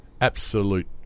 absolute